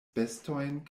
bestojn